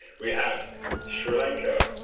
we have sri lanka